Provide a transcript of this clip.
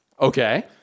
Okay